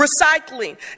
recycling